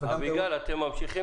אבל אל תגיד שזה לא קיים בהסכם,